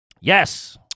Yes